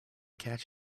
catch